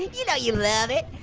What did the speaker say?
you know you love it!